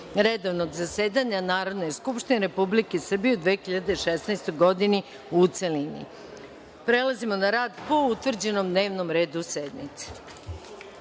redovnog zasedanja Narodne skupštine Republike Srbije u 2016. godini, u celini. Prelazimo na rad po utvrđenom dnevnom redu